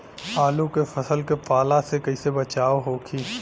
आलू के फसल के पाला से कइसे बचाव होखि?